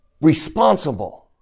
responsible